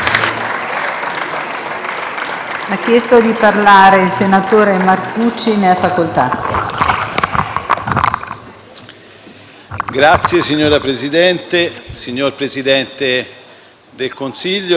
Signor Presidente, signor Presidente del Consiglio,